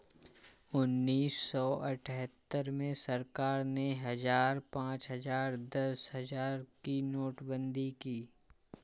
उन्नीस सौ अठहत्तर में सरकार ने हजार, पांच हजार, दस हजार की नोटबंदी की